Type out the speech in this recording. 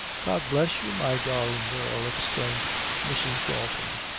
god bless you, my darlin' girl! exclaimed mrs. dalton,